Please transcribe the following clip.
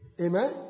Amen